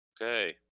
Okay